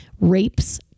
rapes